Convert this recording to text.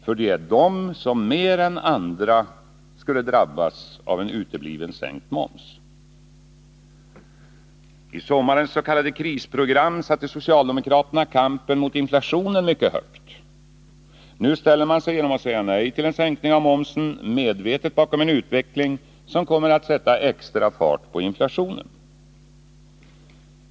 För det är de som mer än andra drabbas av en utebliven sänkt moms. I sommarens s.k. krisprogram satte socialdemokraterna kampen mot inflationen mycket högt. Nu ställer man sig, genom att säga nej till en sänkning av momsen, medvetet bakom en utveckling som kommer att sätta extra fart på inflationen.